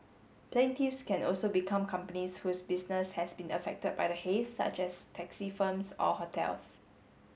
plaintiffs can also be companies whose business has been affected by the haze such as taxi firms or hotels